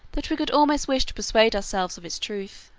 that we could almost wish to persuade ourselves of its truth.